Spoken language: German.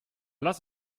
lass